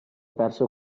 perso